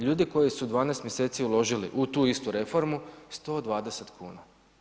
Ljudi koji su 12 mj. uložili u tu istu reformu, 120 kn.